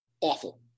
Awful